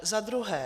Za druhé.